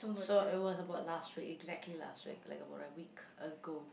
so it was about last week exactly last week like about a week ago